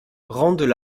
rendent